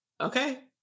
Okay